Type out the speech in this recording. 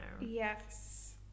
Yes